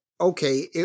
okay